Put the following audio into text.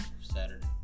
Saturday